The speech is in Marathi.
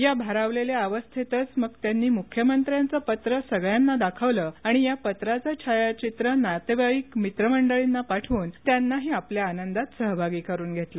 या भारावलेल्या अवस्थेतच मग त्यांनी मुख्यमंत्र्यांचं पत्र सगळ्यांना दाखवलं आणि या पत्राचं छायाचित्र नातेवाईक मित्रमंडळींना पाठवून त्यांनाही आपल्या आनंदात सहभागी करुन घेतलं